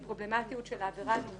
לפרובלמטיות של העבירה הזאת